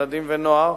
ילדים ונוער,